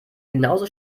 genauso